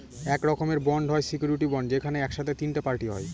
এক রকমের বন্ড হয় সিওরীটি বন্ড যেখানে এক সাথে তিনটে পার্টি হয়